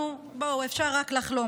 נו, בואו, אפשר רק לחלום.